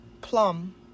plum